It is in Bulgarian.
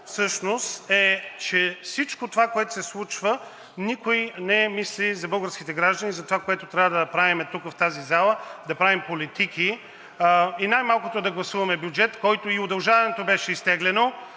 всъщност е, че за всичко това, което се случва, никой не мисли за българските граждани, за това, което трябва да правим тук в тази зала, да правим политики и най-малкото да гласуваме бюджет, на който и удължаването беше изтеглено.